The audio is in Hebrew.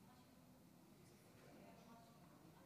איננה באולם, חבר הכנסת ישראל אייכלר,